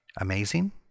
amazing